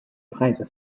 preise